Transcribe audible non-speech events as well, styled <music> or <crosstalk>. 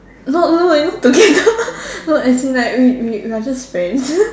no no no we not together <laughs> no as in like we we we are just friends <laughs>